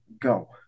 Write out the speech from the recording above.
go